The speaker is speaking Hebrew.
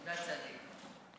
אתה צדיק.